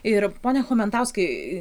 ir pone chomentauskai